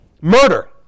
murder